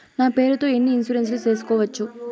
నా పేరుతో ఎన్ని ఇన్సూరెన్సులు సేసుకోవచ్చు?